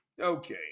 Okay